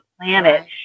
planet